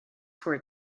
for